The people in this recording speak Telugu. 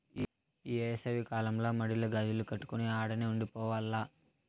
ఈ ఏసవి కాలంల మడిల గాజిల్లు కట్టుకొని ఆడనే ఉండి పోవాల్ల